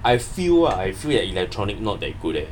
I feel uh I feel that you get electronic not that good eh